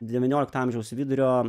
devyniolikto amžiaus vidurio